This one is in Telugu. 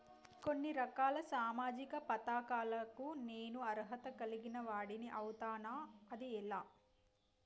కొన్ని రకాల సామాజిక పథకాలకు నేను అర్హత కలిగిన వాడిని అవుతానా? అది ఎలా?